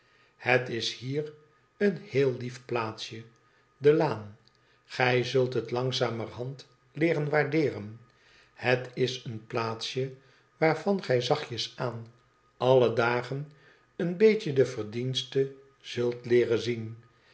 het is hier een hed lief plaatsje de laan gij zult het langzamerhand leeren waardeeren het is een plaatsje waarvan gij zachtjes aan alle dagen een beetje de verdiensten zult leeren zien